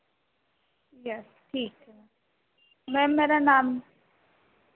yes ठीक है ma'am मेरा नाम